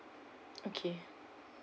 okay